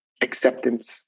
acceptance